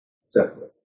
separate